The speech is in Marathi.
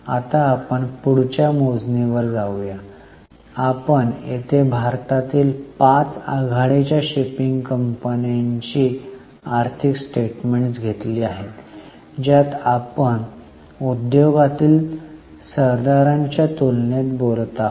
आता आपण पुढच्या मोजणीवर जाऊया आपण येथे भारतातील 5 आघाडीच्या शिपिंग कंपन्यांची आर्थिक स्टेटमेन्ट घेतली आहेत ज्यात आपण उद्योगातील सरदारांच्या तुलनेत बोलत होतो